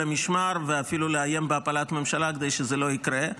המשמר ואפילו לאיים בהפלת הממשלה כדי שזה לא יקרה.